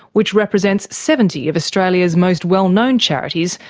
which represents seventy of australia's most well-known charities,